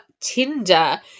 Tinder